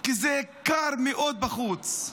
כי קר מאוד בחוץ.